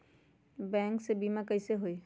Bank से बिमा कईसे होई?